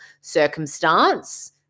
circumstance